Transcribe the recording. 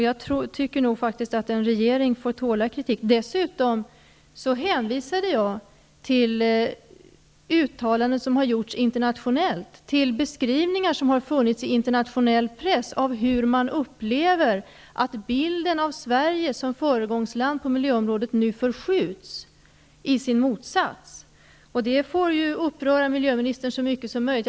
Jag tycker faktiskt att en regering får tåla kritik. Dessutom hänvisade jag till uttalanden som har gjorts internationellt, till beskrivningar som har funnits i internationell press av hur man upplever att bilden av Sverige som föregångsland på miljöområdet nu förskjuts i sin motsats. Det får uppröra miljöministern hur mycket som helst.